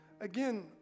again